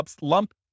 lump